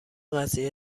قضیه